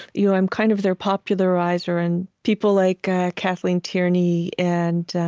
you know i'm kind of their popularizer, and people like kathleen tierney. and